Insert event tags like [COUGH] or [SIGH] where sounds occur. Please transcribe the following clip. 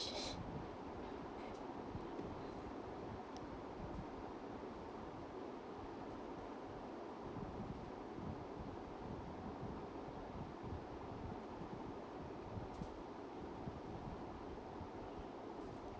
[BREATH]